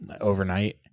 Overnight